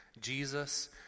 Jesus